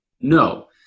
No